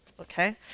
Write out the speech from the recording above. okay